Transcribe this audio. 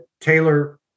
Taylor